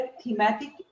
thematic